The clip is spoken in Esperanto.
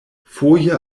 foje